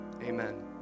Amen